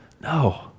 no